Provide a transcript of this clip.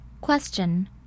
Question